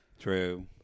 True